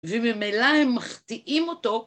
וממילא הם מחטיאים אותו.